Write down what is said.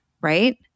right